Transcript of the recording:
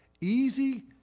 easy